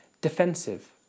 defensive